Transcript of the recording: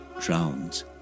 drowns